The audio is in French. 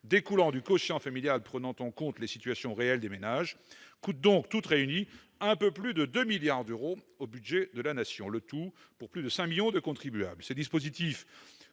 liées au quotient familial, qui prend en compte les situations réelles des ménages, coûtent au total un peu plus de 2 milliards d'euros au budget de la Nation, pour plus de 5 millions de contribuables. Ce dispositif